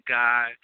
guy